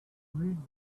read